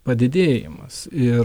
padidėjimas ir